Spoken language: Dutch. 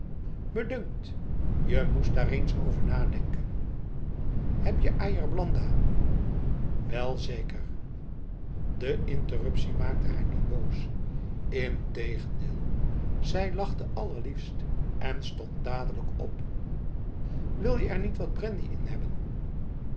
me dunkt je moest daar eens over nadenken heb je ajer blanda welzeker de interruptie maakte haar niet boos integendeel zij lachte allerliefst en stond dadelijk op wil je er niet wat brandy in hebben